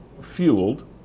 fueled